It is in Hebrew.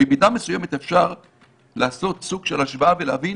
במידה מסוימת אפשר לעשות סוג של השוואה ולהבין